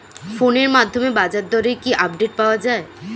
ফোনের মাধ্যমে বাজারদরের কি আপডেট পাওয়া যায়?